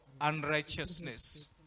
unrighteousness